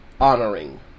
honoring